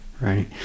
right